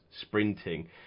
sprinting